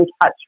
touch